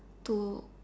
to